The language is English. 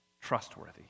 trustworthy